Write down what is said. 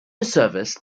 serviced